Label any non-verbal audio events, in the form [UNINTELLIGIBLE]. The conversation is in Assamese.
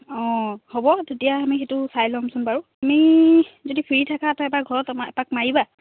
অঁ হ'ব তেতিয়া আমি সেইটো চাই ল'মচোন বাৰু তুমি যদি ফ্ৰী থাকা ত' এবাৰ ঘৰত [UNINTELLIGIBLE] এপাক মাৰিবা